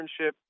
internship